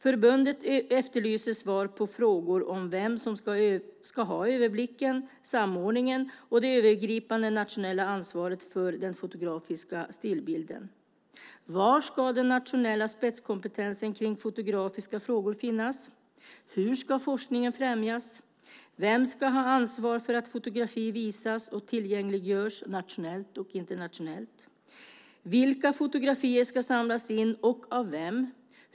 Förbundet efterlyser svar på frågor om vem som ska ha överblicken, samordningen och det övergripande nationella ansvaret för den fotografiska stillbilden. Var ska den nationella spetskompetensen om fotografiska frågor finnas? Hur ska forskningen främjas? Vem ska ha ansvaret för att fotografi visas och tillgängliggörs nationellt och internationellt? Vilka fotografier ska samlas in och av vem?